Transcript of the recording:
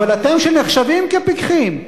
אבל אתם, שנחשבים פיקחים,